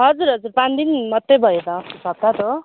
हजुर हजुर पाँच दिन मात्रै भयो त अस्तिको हप्ता त हो